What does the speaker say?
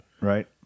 right